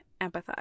empathize